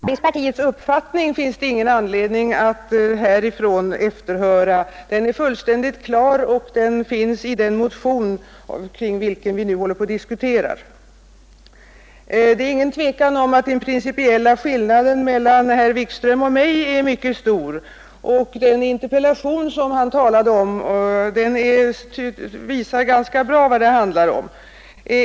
Herr talman! Herr Wikström började med att tala om tankeförvirring. Jag tycker att hans anförande visar att han själv drabbats av en svår sådan, och dessutom hör han faktiskt inte på vad andra säger. Jag sade alldeles tydligt att alla skolor, oavsett om de är privata eller offentliga, måste uppfylla av samhället uppställda krav. Moderata samlingspartiets uppfattning finns det ingen anledning att efterlysa här. Den är fullständigt klar och har redovisats i den motion som vi nu diskuterar. Det är inget tvivel om att den principiella skillnaden mellan herr Wikström och mig är mycket stor, och den interpellation som han talade om visar ganska bra vad det handlar om.